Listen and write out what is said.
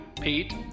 Pete